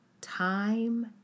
time